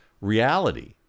reality